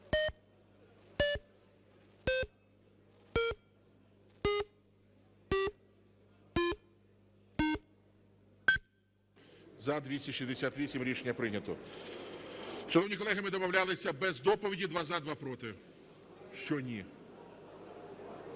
За-268 Рішення прийнято. Шановні колеги, ми домовлялися без доповіді: два – за, два – проти. Що "ні"?